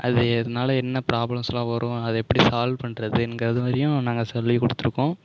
அது அதனால் என்ன ப்ராப்ளம்ஸ்லாம் வரும் அதை எப்படி சால்வ் பண்றதுங்கிறது வரையும் நாங்கள் சொல்லி கொடுத்துருக்கோம்